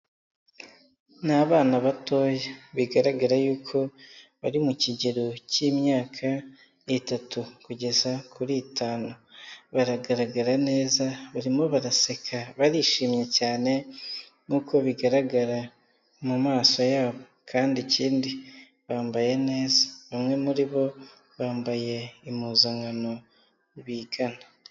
Ni abana batoya bigaragara yuko bari mu kigero cy'imyaka itatu kugeza kuri itanu. Baragaragara neza, barimo baraseka barishimye cyane nkuko bigaragara mu maso yabo. Kandi ikindi bambaye neza, bamwe muri bo bambaye impuzankano bigana.